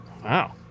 Wow